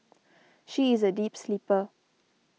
she is a deep sleeper